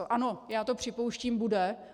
Ano, já to připouštím, bude.